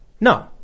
No